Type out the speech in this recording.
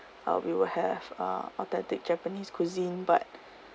uh we will have uh authentic japanese cuisine but